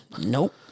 nope